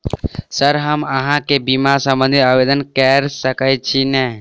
Sir हम अहाँ केँ बीमा संबधी आवेदन कैर सकै छी नै?